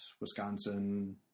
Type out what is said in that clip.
Wisconsin